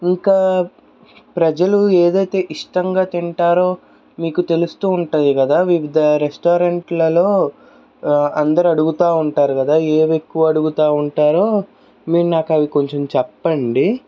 ఇంకా ప్రజలు ఏదైతే ఇష్టాంగా తింటారో మీకు తెలుస్తూ ఉంటాయి కదా వివిధ రెస్టారెంట్లలో అందరు అడుగుతా ఉంటారు కదా ఏవి ఎక్కువుగా అడుగుతూ ఉంటారో మీరు నాకు అవి కొంచెం చెప్పండి